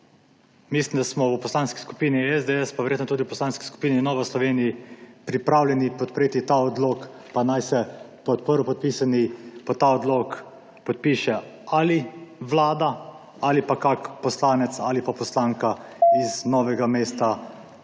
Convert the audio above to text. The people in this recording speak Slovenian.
mislim, da smo v Poslanski skupini SDS pa verjetno tudi v Poslanski skupini Nova Slovenija pripravljeni podpreti ta odlok, pa naj se kot prvopodpisani pod ta odlok podpiše vlada ali pa kak poslanec ali poslanka iz Novega mesta, Dolenjske,